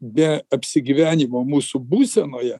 be apsigyvenimo mūsų būsenoje